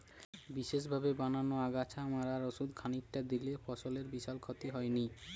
বিশেষভাবে বানানা আগাছা মারার ওষুধ খানিকটা দিলে ফসলের বিশাল ক্ষতি হয়নি